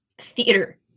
theater